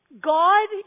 God